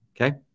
okay